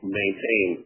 maintain